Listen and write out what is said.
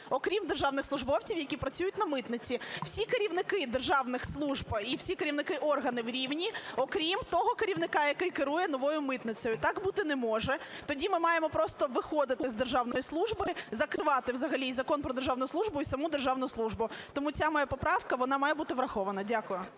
окрім державних службовців, які працюють на митниці. Всі керівники державних служб і всі керівники органів рівні, окрім того керівника, який керує Новою митницею. Так бути не може, тоді ми маємо просто виходити з державної служби, закривати взагалі і Закон "Про державну службу", і саму державну службу. Тому ця моя поправка, вона має бути врахована. Дякую.